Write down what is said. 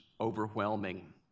overwhelming